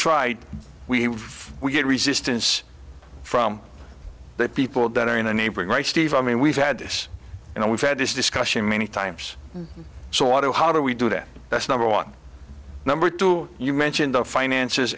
try we we get resistance from the people that are in the neighboring right steve i mean we've had this and we've had this discussion many times so want to how do we do that that's number one number two you mentioned the finances